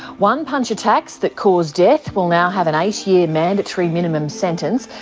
one-punch attacks that cause death will now have an eight-year mandatory minimum sentence,